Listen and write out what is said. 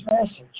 message